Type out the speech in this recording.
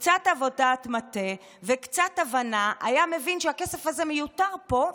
עם קצת עבודת מטה וקצת הבנה הוא היה מבין שהכסף הזה מיותר פה,